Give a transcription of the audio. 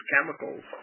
chemicals